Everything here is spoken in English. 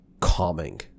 calming